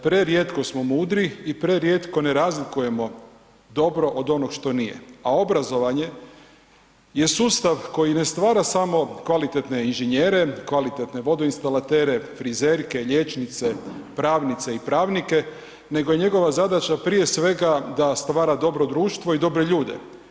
Prerijetko smo mudri i prerijetko ne razlikujemo dobro od onog što nije, a obrazovanje jer sustav koji ne stvara samo kvalitetne inženjere, kvalitetne vodoinstalatere, frizerke, liječnice, pravnice i pravnike, nego je njegova zadaća prije svega da stvara dobro društvo i dobre ljude.